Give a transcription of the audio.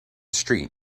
street